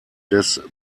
des